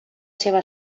seva